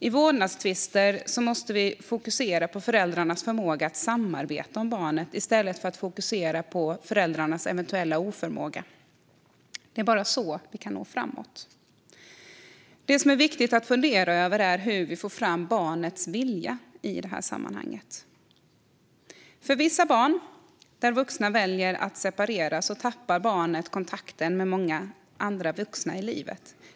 I vårdnadstvister måste vi fokusera på föräldrarnas förmåga att samarbeta om barnet i stället för föräldrarnas eventuella oförmåga. Det är bara så vi kan nå framåt. Det är viktigt att fundera över hur vi får fram barnets vilja i detta sammanhang. För vissa barn vars vuxna väljer att separera leder det till att barnet tappar kontakterna med andra viktiga vuxna i livet.